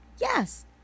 Yes